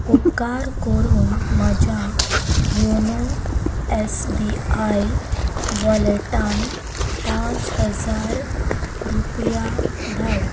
उपकार करून म्हज्या योनो एस बी आय वॉलेटान पांच हजार रुपया धाड